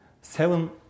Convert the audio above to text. seven